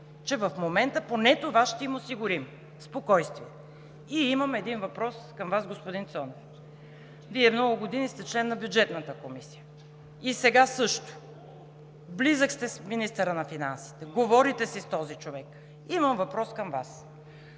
че в момента поне това ще им осигурим – спокойствие. Имам един въпрос към Вас, господин Цонев: Вие много години сте член на Бюджетната комисия и сега също, близък сте с министъра на финансите, говорите си с този човек. Имам въпрос към Вас: